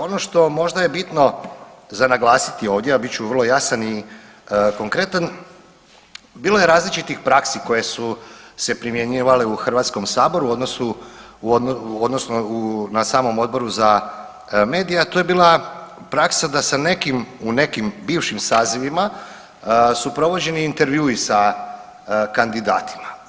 Ono što možda je bitno za naglasiti ovdje, a bit ću vrlo jasan i konkretan, bilo je različitih praksi koje su se primjenjivali u HS-u odnosno na samom Odboru za medije, a to je bila praska da sa nekim u nekim bivšim sazivima su provođeni intervjui sa kandidatima.